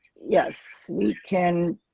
yes, we can.